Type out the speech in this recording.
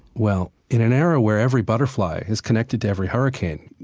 well, in an era where every butterfly is connected to every hurricane,